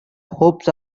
hopes